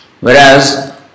Whereas